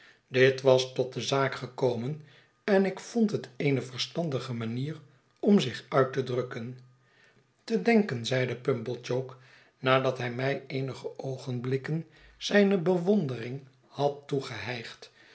dit was tot de zaak komen en ik vond het eene verstandige manier om zich uit te drukken te denken zeide pumblechook nadat hij mij eenige oogenblikken zijne bewondering had toegehijgd